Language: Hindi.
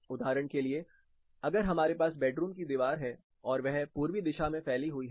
उदाहरण के लिए अगर हमारे पास बेडरूम की दीवार है और वह पूर्वी दिशा में फैली हुई है